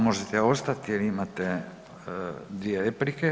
Možete ostati jel imate dvije replike.